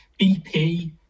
BP